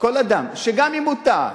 כל אדם, גם אם הוא טעה